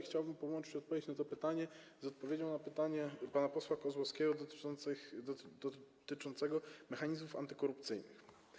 Chciałbym połączyć odpowiedź na to pytanie z odpowiedzią na pytanie pana posła Kozłowskiego dotyczące mechanizmów antykorupcyjnych.